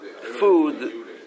food